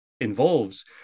involves